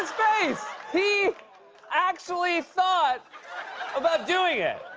face! he actually thought about doing it!